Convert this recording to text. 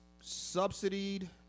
subsidized